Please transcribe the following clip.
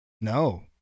no